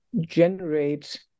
generate